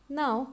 now